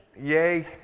Yay